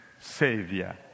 Savior